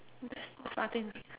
there's nothing